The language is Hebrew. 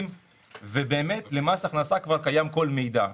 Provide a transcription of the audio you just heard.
הטפסים ובאמת למס הכנסה כבר קיים כל מידע.